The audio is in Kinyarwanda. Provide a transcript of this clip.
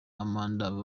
amanda